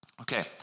Okay